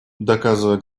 доказывая